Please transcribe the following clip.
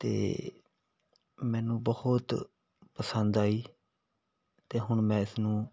ਅਤੇ ਮੈਨੂੰ ਬਹੁਤ ਪਸੰਦ ਆਈ ਅਤੇ ਹੁਣ ਮੈਂ ਇਸ ਨੂੰ